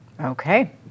Okay